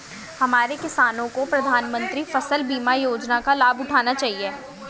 हमारे किसानों को प्रधानमंत्री फसल बीमा योजना का लाभ उठाना चाहिए